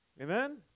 Amen